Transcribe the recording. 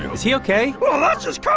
is he ok? oh, that's just